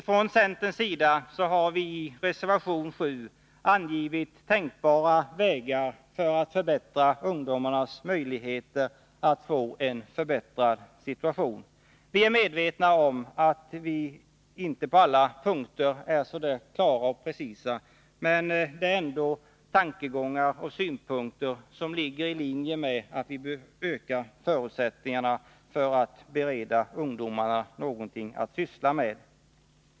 Från centerns sida har viireservation 7 angivit tänkbara vägar för att öka ungdomarnas möjligheter att få en förbättrad situation. Vi är medvetna om att vi inte på alla punkter är så där klara och precisa, men det är ändå tankegångar och synpunkter som ligger i linje med att vi bör öka förutsättningarna för att bereda ungdomarna någonting att syssla med.